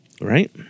Right